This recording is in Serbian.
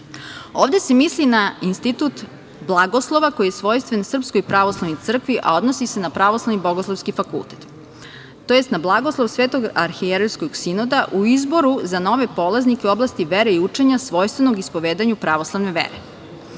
Ovde se misli na institut blagoslova koji je svojstven SPC, a odnosi se na Pravoslavni bogoslovski fakultet, tj. na blagoslov Svetog arhijerejskog sinoda u izboru za nove polaznike u oblasti vere i učenja svojstvenog ispovedanju pravoslavne vere. Ne